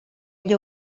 gli